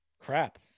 Crap